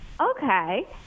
okay